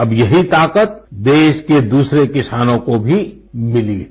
अब यही ताकत देश के दूसरे किसानों को भी मिली है